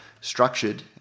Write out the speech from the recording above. structured